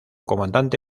comandante